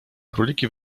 króliki